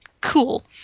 cool